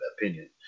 opinion